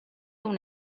una